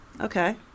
Okay